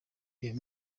iyo